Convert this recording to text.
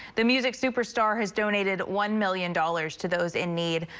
the music superstar has donated one million dollars to those in need.